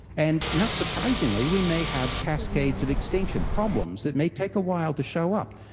and not surprisingly we may have cascades of extinction problems that may take a while to show up.